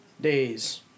days